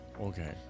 Okay